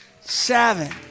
seven